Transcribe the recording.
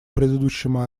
предыдущими